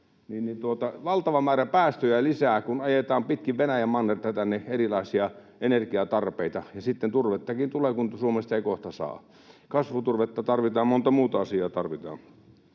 yhtään vihreää kuulemassa? — kun ajetaan pitkin Venäjän mannerta tänne erilaisia energiatarpeita, ja sitten turvettakin tulee, kun Suomesta ei kohta saa. Kasvuturvetta tarvitaan, ja monta muuta asiaa tarvitaan.